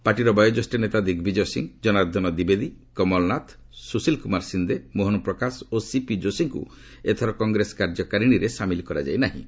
ପାର୍ଟିର ବୈୟୋଜ୍ୟେଷ୍ଠ ନେତା ଦିଗ୍ବିଜୟ ସିଂ ଜନାର୍ଦ୍ଦନ ଦ୍ୱିବେଦୀ କମଲନାଥ ସୁଶୀଲ କୁମାର ସିନ୍ଦେ ମୋହନ ପ୍ରକାଶ ଓ ସିପି ଯୋଷୀଙ୍କୁ ଏଥର କଂଗ୍ରେସ କାର୍ଯ୍ୟକାରିଣୀରେ ସାମିଲ କରାଯାଇ ନାହିଁ